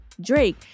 Drake